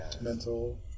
mental